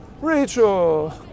Rachel